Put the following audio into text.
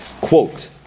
quote